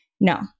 no